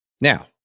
Now